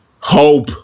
hope